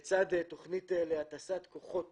לצד זה יש תוכנית להטסת כוחות